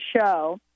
show